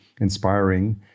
inspiring